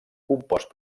compost